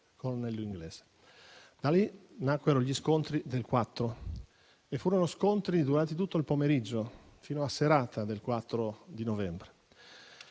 Da lì nacquero gli scontri del 4 novembre e furono scontri durati tutto il pomeriggio fino alla serata del 4 novembre.